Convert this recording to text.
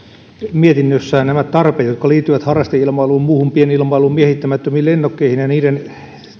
mietinnössään nämä tarpeet jotka liittyvät harrasteilmailuun muuhun pienilmailuun miehittämättömiin lennokkeihin ja niiden